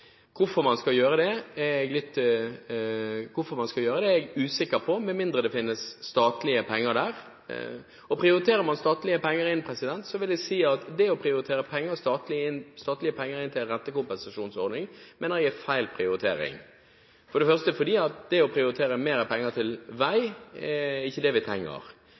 Hvorfor man skal gjøre det, er jeg usikker på, med mindre det finnes statlige penger der. Og prioriterer man statlige penger inn, vil jeg si at det å prioritere statlige penger inn til en rentekompensasjonsordning er feil, fordi det å prioritere mer penger til vei ikke er det vi trenger.